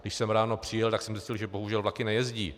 Když jsem ráno přijel, tak jsem zjistil, že bohužel vlaky nejezdí.